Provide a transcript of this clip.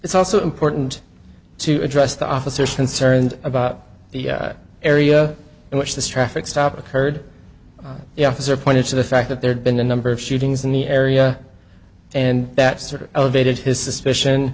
it's also important to address the officers concerned about the area in which this traffic stop occurred the officer pointed to the fact that there had been a number of shootings in the area and that sort of elevated his suspicion